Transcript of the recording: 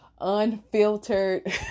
unfiltered